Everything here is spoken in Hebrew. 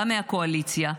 גם מהקואליציה,